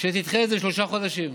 שתדחה את זה בשלושה חודשים.